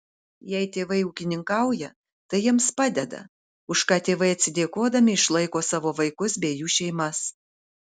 jei tėvai ūkininkauja tai jiems padeda už ką tėvai atsidėkodami išlaiko savo vaikus bei jų šeimas